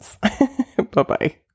Bye-bye